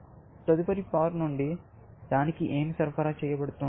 తదుపరి పొర నుండి దానికి ఏమి సరఫరా చేయబడుతోంది